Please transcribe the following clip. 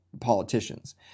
politicians